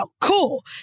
cool